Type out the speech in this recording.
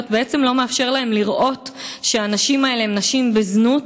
בעצם לא מאפשר להם לראות שהנשים האלה הן נשים בזנות